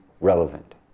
relevant